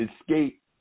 escape